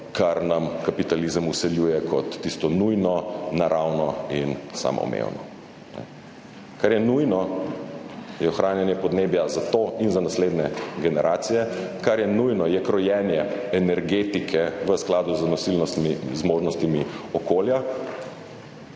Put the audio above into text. kar nam kapitalizem vsiljuje kot tisto nujno, naravno in samoumevno. Kar je nujno, je ohranjanje podnebja za to in za naslednje generacije. Kar je nujno, je krojenje energetike v skladu z nosilnostmi, zmožnostmi okolja.